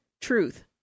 Truth